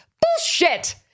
Bullshit